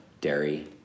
dairy